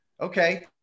Okay